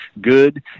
good